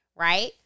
Right